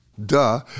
Duh